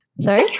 sorry